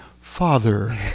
Father